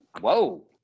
whoa